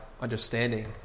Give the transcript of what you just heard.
understanding